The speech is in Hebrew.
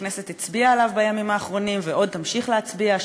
הכנסת הצביעה עליו בימים האחרונים ועוד תמשיך להצביע.